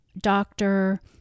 doctor